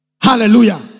Hallelujah